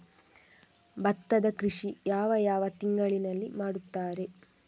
ಭತ್ತದ ಕೃಷಿ ಯಾವ ಯಾವ ತಿಂಗಳಿನಲ್ಲಿ ಮಾಡುತ್ತಾರೆ?